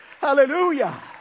Hallelujah